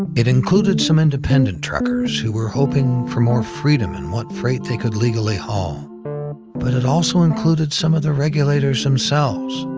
and it included some independent truckers, who were hoping for more freedom in what freight they could legally haul. but it also included some of the regulators themselves,